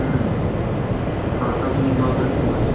ह्म्म हँ सभसँ नीक माङुर हेतै माँछ